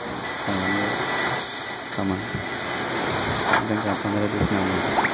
सांगलां मुगो कामार सांग तेंकां पंदरा दीस ना म्हणून